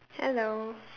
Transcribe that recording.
hello